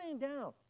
down